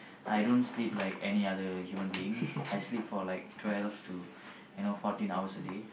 I don't sleep like any other human being I sleep for like twelve to you know fourteen hours a day